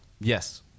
Yes